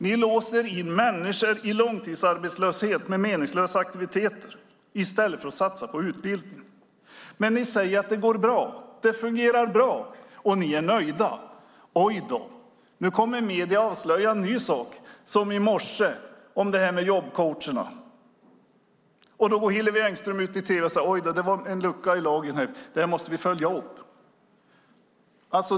Ni låser in människor i långtidsarbetslöshet med meningslösa aktiviteter i stället för att satsa på utbildning. Men ni säger att det går bra. Det fungerar bra. Ni är nöjda. Men ojdå - nu kommer medierna och avslöjar en ny sak, som det här med jobbcoacherna i morse. Då går Hillevi Engström ut i tv och säger att ojdå, det var en lucka i lagen. Det måste vi följa upp.